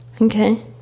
okay